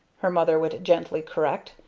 her mother would gently correct,